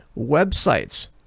websites